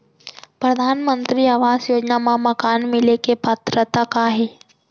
परधानमंतरी आवास योजना मा मकान मिले के पात्रता का हे?